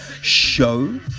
Show